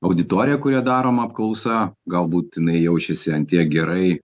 auditorija kurią daroma apklausa galbūt jinai jaučiasi ant tiek gerai